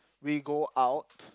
we go out